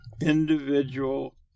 individual